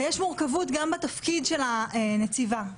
יש מורכבות גם בתפקיד של הנציבה.